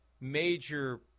major